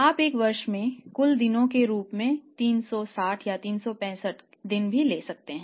आप एक वर्ष में कुल दिनों के रूप में 360 दिन या 365 दिन भी ले सकते हैं